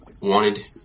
wanted